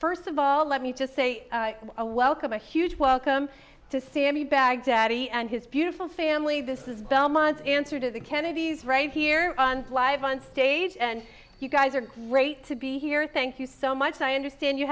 first of all let me just say a welcome a huge welcome to c m e baghdadi and his beautiful family this is belmont answer to the kennedys right here live on stage and you guys are great to be here thank you so much i understand you